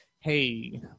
Hey